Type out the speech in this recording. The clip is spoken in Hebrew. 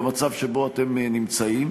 במצב שבו אתם נמצאים,